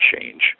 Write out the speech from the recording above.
change